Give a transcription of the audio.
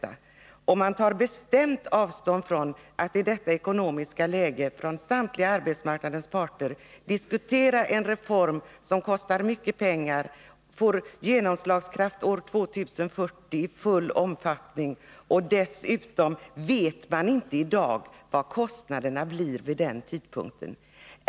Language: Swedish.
Från samtliga arbetsmarknadens parter tar man bestämt avstånd från att i rådande ekonomiska läge diskutera en reform som kostar mycket pengar och som får genomslagskraft i full utsträckning år 2040 — och dessutom vet man inte i dag vad kostnaderna blir vid den tidpunkten.